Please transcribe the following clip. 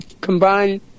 combine